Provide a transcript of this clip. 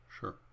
sure